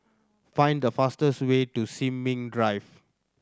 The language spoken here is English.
find the fastest way to Sin Ming Drive